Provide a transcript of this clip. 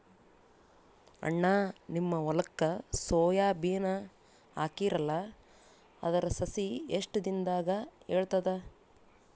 ಅಣ್ಣಾ, ನಿಮ್ಮ ಹೊಲಕ್ಕ ಸೋಯ ಬೀನ ಹಾಕೀರಲಾ, ಅದರ ಸಸಿ ಎಷ್ಟ ದಿಂದಾಗ ಏಳತದ?